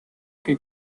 que